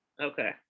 Okay